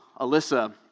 Alyssa